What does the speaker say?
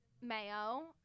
mayo